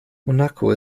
monaco